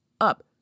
up